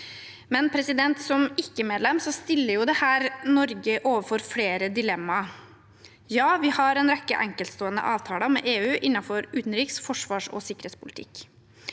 Som ikke-medlem stiller imidlertid dette Norge overfor flere dilemma. Ja, vi har en rekke enkeltstående avtaler med EU innenfor utenriks-, forsvarsog sikkerhetspolitikk,